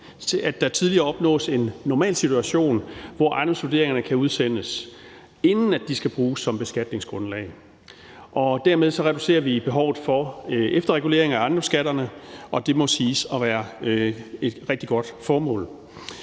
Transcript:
at der tidligere opnås en normalsituation, hvor ejendomsvurderingerne kan udsendes, inden de skal bruges som beskatningsgrundlag. Dermed reducerer vi behovet for efterregulering af ejendomsskatterne, og det må siges at være et rigtig godt formål.